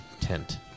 tent